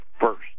first